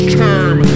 term